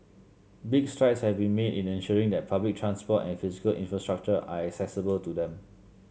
big strides have been made in ensuring that public transport and physical infrastructure are accessible to them